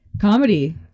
Comedy